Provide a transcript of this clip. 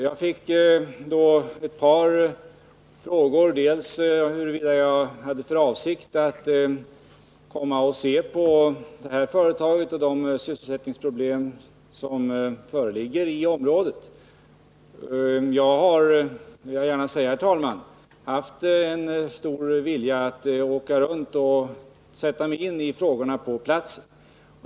Jag fick ett par frågor, bl.a. om jag hade för avsikt att komma och studera företaget och de sysselsättningsproblem som föreligger i området. Låt mig, herr talman, säga att jag haft en stor vilja att fara ut och sätta mig in i frågor på platsen.